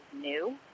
new